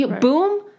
Boom